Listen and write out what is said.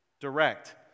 direct